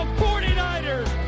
49ers